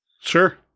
Sure